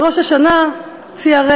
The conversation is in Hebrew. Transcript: בראש השנה ציעריה,